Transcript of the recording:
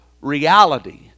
reality